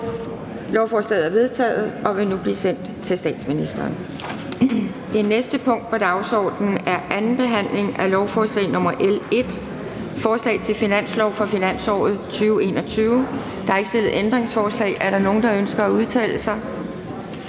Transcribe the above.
Lovforslaget er vedtaget og vil nu blive sendt til statsministeren. --- Det næste punkt på dagsordenen er: 5) 2. behandling af lovforslag nr. L 1: Forslag til finanslov for finansåret 2021. Af finansministeren (Nicolai Wammen). (Fremsættelse